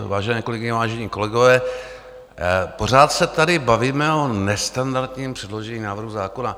Vážené kolegyně, vážení kolegové, pořád se tady bavíme o nestandardním předložení návrhu zákona.